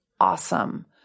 awesome